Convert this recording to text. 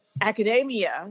academia